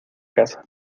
casa